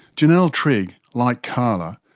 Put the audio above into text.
janelle trigg, like carla,